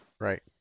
Right